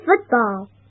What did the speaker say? football